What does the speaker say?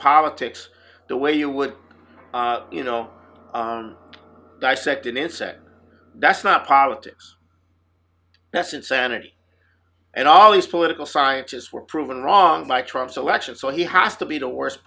politics the way you would you know dissect an insect that's not politics that's insanity and all these political scientists were proven wrong my tribe selection so he has to be the worst